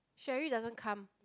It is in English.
Cherry doesn't come